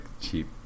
cheap